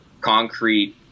concrete